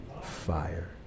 fire